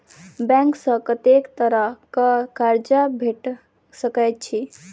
Bank सऽ कत्तेक तरह कऽ कर्जा भेट सकय छई?